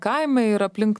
kaimą ir aplink